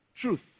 Truth